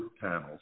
panels